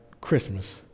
Christmas